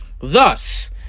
Thus